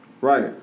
Right